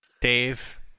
Dave